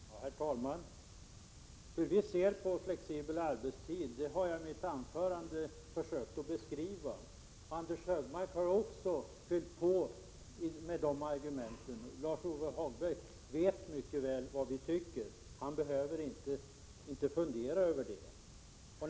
Herr talman! Hur vi ser på flexibel arbetstid har jag försökt beskriva i mitt huvudanförande, och Anders G Högmark har fyllt på de argumenten. Lars-Ove Hagberg vet mycket väl vad vi tycker. Han behöver inte fundera över det.